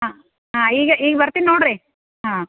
ಹಾಂ ಹಾಂ ಈಗ ಈಗ ಬರ್ತೀನಿ ನೋಡಿರಿ ಹಾಂ